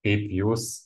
kaip jūs